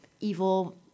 evil